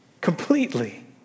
completely